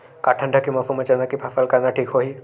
का ठंडा के मौसम म चना के फसल करना ठीक होही?